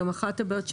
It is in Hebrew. אחת הבעיות,